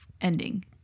ending